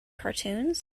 cartoons